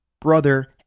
brother